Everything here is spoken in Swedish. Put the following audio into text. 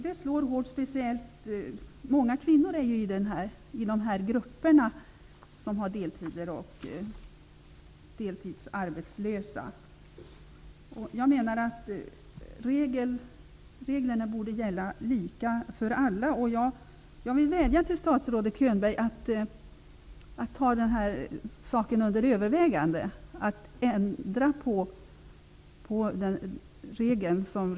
Det finns ju speciellt många kvinnor i de grupper som har deltider och är deltidsarbetslösa. Reglerna borde gälla lika för alla.